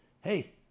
hey